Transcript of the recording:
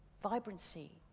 vibrancy